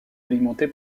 alimenté